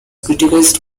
criticized